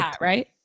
right